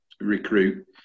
recruit